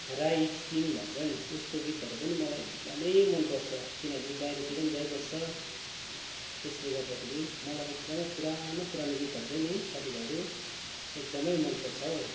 Rai is king भन्छ नि उसको गीतहरू पनि मलाई एकदमै मन पर्छ किनभने ऊ बाहिरतिर नि जाइबस्छ त्यसले गर्दाखेरि मलाई एकदमै पुरानो पुरानो गीतहरू चाहिँ नि साथी भाइहरू एकदमै मन पर्छ हौ